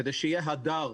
כדי שיהיה הדר,